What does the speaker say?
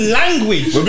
language